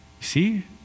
See